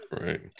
right